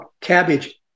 cabbage